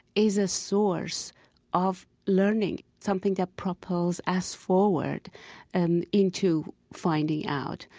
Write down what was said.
is a source of learning, something that propels us forward and into finding out.